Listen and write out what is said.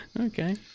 Okay